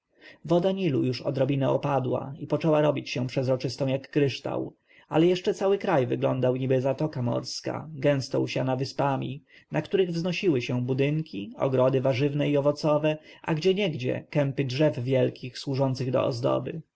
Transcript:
woda nilu już odrobinę opadła i poczęła robić się przezroczystą jak kryształ ale jeszcze cały kraj wyglądał niby zatoka morska gęsto usiana wyspami na których wznosiły się budynki ogrody warzywne i owocowe a gdzie niegdzie kępy drzew wielkich służących do ozdoby